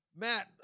matt